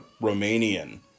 Romanian